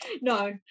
No